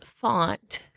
font